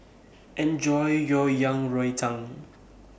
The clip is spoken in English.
Enjoy your Yang Rou Tang